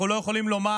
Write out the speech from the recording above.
אנחנו לא יכולים לומר,